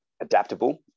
adaptable